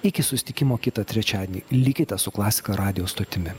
iki susitikimo kitą trečiadienį likite su klasika radijo stotimi